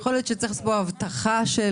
יכול להיות שצריך לעשות פה הבטחה של